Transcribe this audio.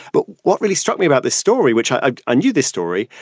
but what really struck me about this story, which i knew this story,